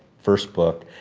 first book,